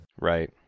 Right